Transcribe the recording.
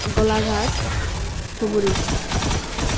Golaghat Dhubri